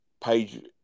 Page